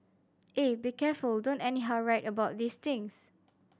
eh be careful don't anyhow write about these things